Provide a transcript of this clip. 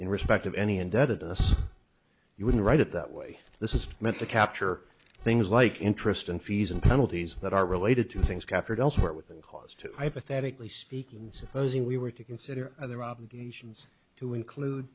in respect of any indebtedness you wouldn't write it that way this is meant to capture things like interest and fees and penalties that are related to things captured elsewhere within cause to hypothetically speaking supposing we were to consider their obligations to include